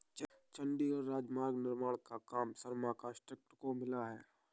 चंडीगढ़ राजमार्ग निर्माण का काम शर्मा कंस्ट्रक्शंस को मिला है